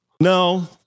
No